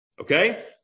Okay